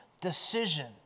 decision